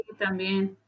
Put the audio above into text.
También